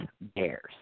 Bears